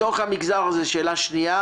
לתוך מהגזר הזה שאלה שנייה